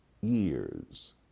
years